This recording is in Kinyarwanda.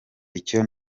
icyo